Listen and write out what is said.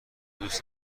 دوست